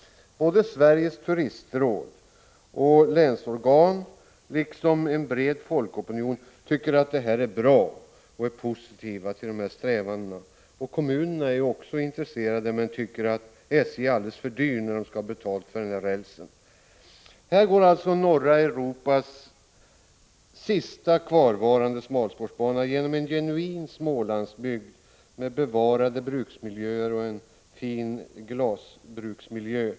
Såväl Sveriges turistråd som länsorgan och en bred folkopinion är positiva till de här strävandena. Också kommunerna är intresserade, men de tycker att SJ skall ha alldeles för mycket betalt för rälsen. Norra Europas sista kvarvarande smalspårsbana går här genom en genuin Smålandsbygd med bevarade bruksmiljöer, bl.a. en fin glasbruksmiljö.